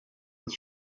des